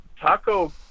Taco